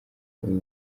uyu